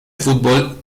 fútbol